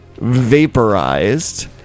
vaporized